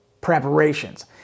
preparations